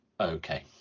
Okay